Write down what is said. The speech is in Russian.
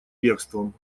бегством